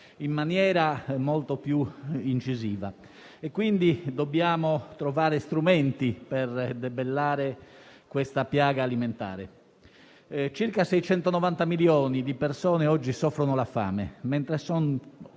in maniera molto più incisiva a causa della pandemia. Dobbiamo trovare gli strumenti per debellare la piaga alimentare: circa 690 milioni di persone oggi soffrono la fame, mentre sono